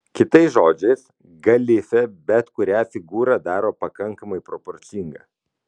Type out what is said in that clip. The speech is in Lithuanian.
kitais žodžiais galifė bet kurią figūrą daro pakankamai proporcinga